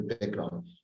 background